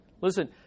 Listen